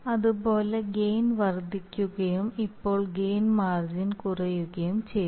അതുപോലെ ഗെയിൻ വർദ്ധിക്കുകയും ഇപ്പോൾ ഗെയിൻ മാർജിൻ കുറയുകയും ചെയ്തു